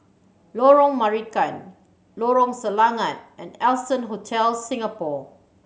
Lorong Marican Lorong Selangat and Allson Hotel Singapore